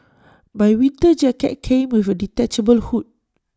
my winter jacket came with A detachable hood